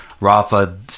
Rafa